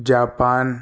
Japan